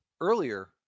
earlier